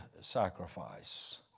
sacrifice